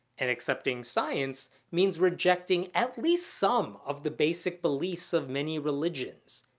and accepting science means rejecting at least some of the basic beliefs of many religions.